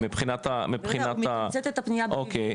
מבחינת ה- -- אוקי,